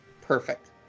perfect